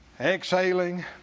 exhaling